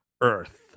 Earth